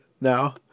now